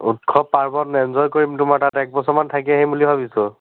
উৎসৱ পাৰ্বন এনজয় কৰিম তোমাৰ তাত এক বছৰমান থাকি আহিম বুলি ভাবিছোঁ